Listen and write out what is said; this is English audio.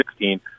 2016